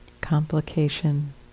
Complication